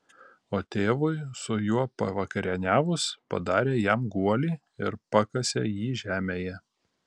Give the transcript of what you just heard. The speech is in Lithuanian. o tėvui su juo pavakarieniavus padarė jam guolį ir pakasė jį žemėje